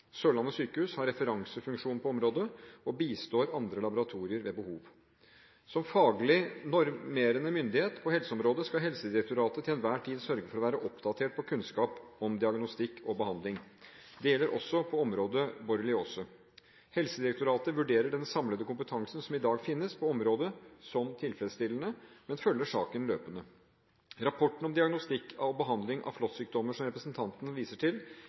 Sørlandet sykehus har referansefunksjon på området og bistår andre laboratorier ved behov. Som faglig normerende myndighet på helseområdet skal Helsedirektoratet til enhver tid sørge for å være oppdatert på kunnskap om diagnostikk og behandling. Det gjelder også på området borreliose. Helsedirektoratet vurderer den samlede kompetansen som i dag finnes på området, som tilfredsstillende, men følger saken løpende. Rapporten om diagnostikk og behandling av flåttsykdommer, som representanten viser til,